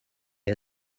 est